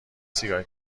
سیگار